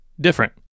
different